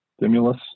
stimulus